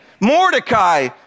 Mordecai